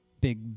big